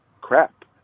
crap